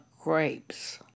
grapes